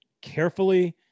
carefully